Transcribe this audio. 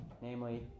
namely